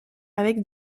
avec